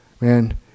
man